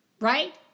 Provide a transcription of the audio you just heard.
right